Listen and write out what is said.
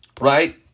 right